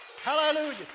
Hallelujah